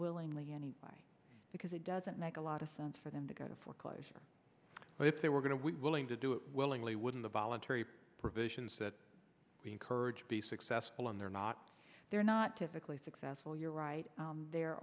willingly anyway because it doesn't make a lot of sense for them to go to foreclosure but if they were going to willing to do it willingly wouldn't the voluntary provisions that we encourage be successful and they're not they're not typically successful you're right there